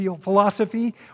philosophy